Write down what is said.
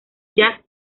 jazz